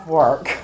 work